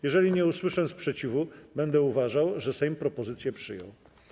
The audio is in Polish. Jeżeli nie usłyszę sprzeciwu, będę uważał, że Sejm propozycje przyjął.